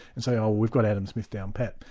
and say, oh, we've got adam smith down pat.